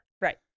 Right